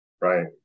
right